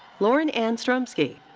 lauren ann strumsky.